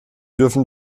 dürfen